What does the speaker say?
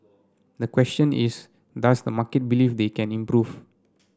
the question is does the market believe they can improve